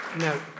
Now